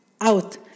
out